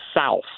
south